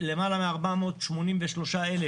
למעלה מ-483,000